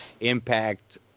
Impact